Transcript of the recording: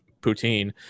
poutine